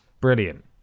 Brilliant